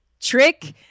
Trick